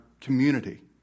community